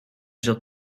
zat